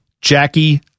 Jackie